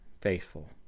faithful